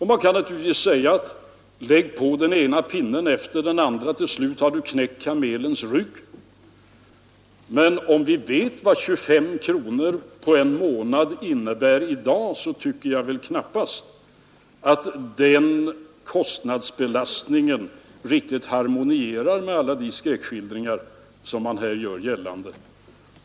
Man kan naturligtvis säga: ”Lägg på den ena pinnen efter den andra, och till slut har du knäckt kamelens rygg.” Men om vi vet vad 25 kronor på en månad innebär i dag, så tycker jag knappast att den kostnadsbelastningen riktigt harmonierar med alla de skräckskildringar man här rullar upp.